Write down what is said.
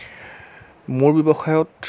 মোৰ ব্যৱসায়ত